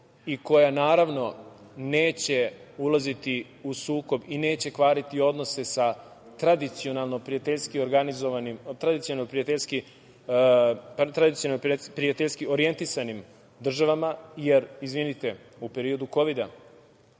i koja naravno, neće ulaziti u sukob i neće kvariti odnose sa tradicionalno prijateljski orijentisanim državama, jer, izvinite, u periodu kovida,